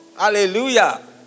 Hallelujah